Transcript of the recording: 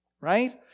right